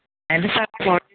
അല്ല സാറെ